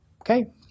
Okay